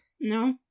No